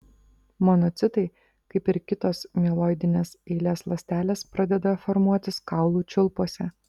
monocitai kaip ir kitos mieloidinės eilės ląstelės pradeda formuotis kaulų čiulpuose